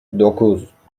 dokuz